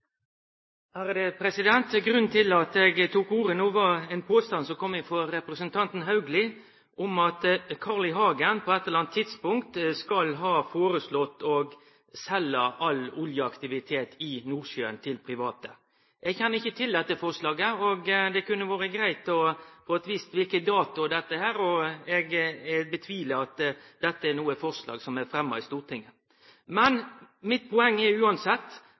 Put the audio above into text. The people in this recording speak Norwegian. Grunnen til at eg tok ordet no, var ein påstand som kom frå representanten Haugli om at Carl I. Hagen på eit eller anna tidspunkt skal ha foreslått å selje all oljeaktivitet i Nordsjøen til private. Eg kjenner ikkje til dette forslaget. Det kunne vore greitt å få vite kva dato dette var. Eg tviler på at dette er eit forslag som er fremja i Stortinget. Mitt poeng er uansett